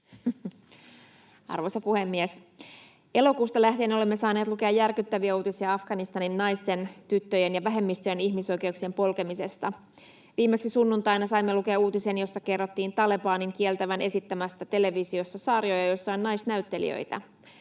Arvoisa puhemies! Elokuusta lähtien olemme saaneet lukea järkyttäviä uutisia Afganistanin naisten, tyttöjen ja vähemmistöjen ihmisoikeuksien polkemisesta. Viimeksi sunnuntaina saimme lukea uutisen, jossa kerrottiin Talebanin kieltävän esittämästä televisiossa sarjoja, joissa on naisnäyttelijöitä.